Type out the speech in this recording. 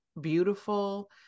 beautiful